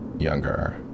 younger